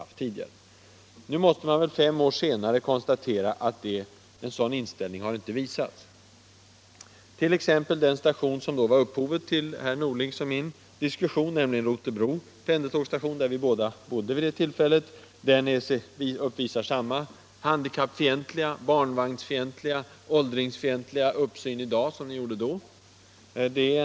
— Storstockholmsom Nu, fem år senare, måste man konstatera att en sådan inställning inte rådet har visats. Den station som då var upphovet till herr Norlings och min diskussion, nämligen Rotebro där vi båda bodde vid det tillfället, visar samma handikappfientliga, barnvagnsfientliga och åldringsfientliga uppsyn i dag som den gjorde då.